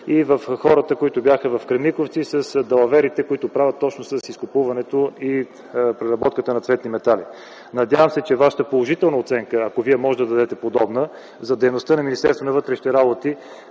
и на хората от „Кремиковци” с далаверите, които се правят именно с изкупуването и преработката на цветни метали. Надявам се на Вашата положителна оценка, ако можете да дадете такава, за дейността на Министерството на вътрешните работи